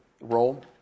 role